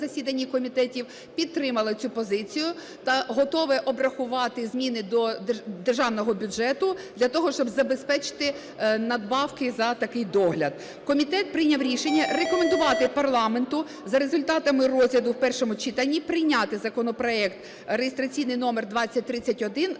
засіданні комітету, підтримало цю позицію та готове обрахувати зміни до державного бюджету для того, щоб забезпечити надбавки за такий догляд. Комітет прийняв рішення рекомендувати парламенту за результатами розгляду в першому читанні прийняти законопроект реєстраційний номер 2031